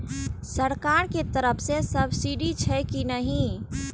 सरकार के तरफ से सब्सीडी छै कि नहिं?